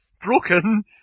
Broken